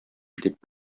дип